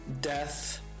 death